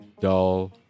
dull